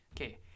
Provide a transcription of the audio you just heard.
Okay